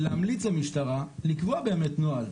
אני מציע גם לוועדה להמליץ למשטרה לקבוע באמת נוהל.